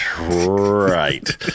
right